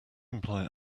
imply